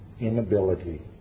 Inability